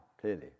clearly